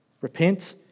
Repent